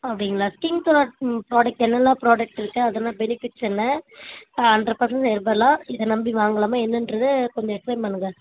அப்படிங்களா skin care product என்னல்லாம் product இருக்குது அதோட பெனிஃபிட்ஸ் என்ன ஹன்ரெட் பெர்ஸென்ட் ஹெர்பலா இதை நம்பி வாங்கலாமா என்னென்றதை கொஞ்சம் எக்ஸ்ப்ளைன் பண்ணுங்கள்